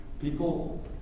People